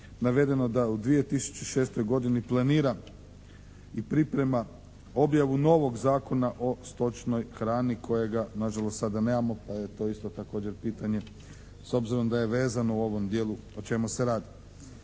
navedeno da u 2006. godini planira i priprema objavu novog Zakona o stočnoj hrani kojega na žalost sada nemamo pa je to isto također pitanje s obzirom da je vezano u ovom dijelu o čemu se radi.